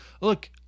look